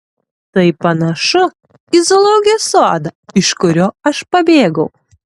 tai panašu į zoologijos sodą iš kurio aš pabėgau